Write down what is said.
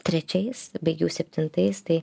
trečiais baigiau septintais tai